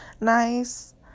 nice